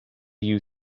you